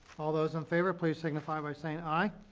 all those in favor, please signify by saying aye.